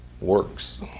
works